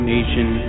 Nation